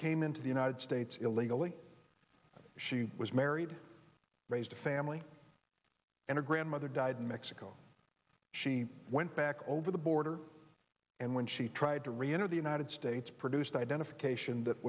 came into the united states illegally she was married raised a family and a grandmother died in mexico she went back over the border and when she tried to re enter the united states produced identification that